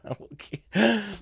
Okay